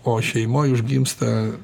o šeimoj užgimsta